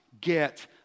get